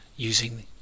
using